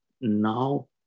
now